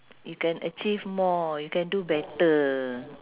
you can achieve more you can do better